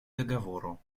договору